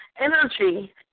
energy